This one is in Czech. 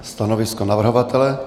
Stanovisko navrhovatele?